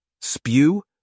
Spew